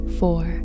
four